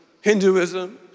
Hinduism